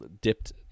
dipped